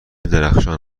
درخشان